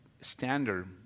standard